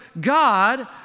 God